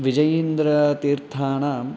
Vijayindra तीर्थाणाम्